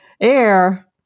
air